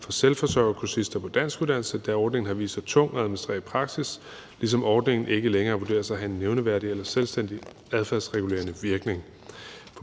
for selvforsørgerkursister på en danskuddannelse, da ordningen har vist sig tung at administrere i praksis, ligesom ordningen ikke længere vurderes at have en nævneværdig eller selvstændig adfærdsregulerende virkning.